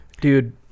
Dude